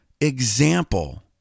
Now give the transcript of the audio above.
example